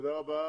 תודה רבה.